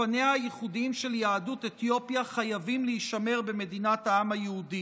ופניה הייחודיים של יהדות אתיופיה חייבים להישמר במדינת העם היהודי.